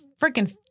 freaking